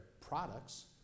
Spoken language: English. products